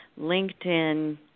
LinkedIn